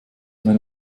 meine